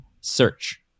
search